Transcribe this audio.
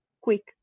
quick